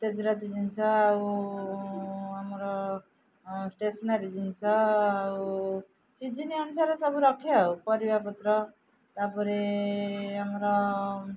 ତେଜରାତି ଜିନିଷ ଆଉ ଆମର ଷ୍ଟେସନାରୀ ଜିନିଷ ଆଉ ସିଜିନ୍ ଅନୁସାରେ ସବୁ ରଖେ ଆଉ ପରିବାପତ୍ର ତାପରେ ଆମର